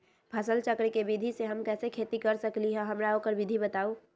फसल चक्र के विधि से हम कैसे खेती कर सकलि ह हमरा ओकर विधि बताउ?